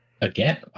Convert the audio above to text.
Again